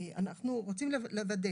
אנחנו רוצים רק לוודא